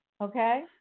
Okay